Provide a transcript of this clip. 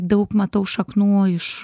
daug matau šaknų iš